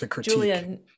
Julian